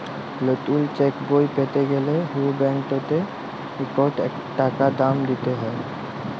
লতুল চ্যাকবই প্যাতে গ্যালে হুঁ ব্যাংকটতে ইকট টাকা দাম দিতে হ্যয়